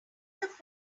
forest